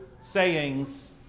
sayings